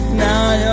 now